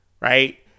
Right